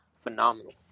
phenomenal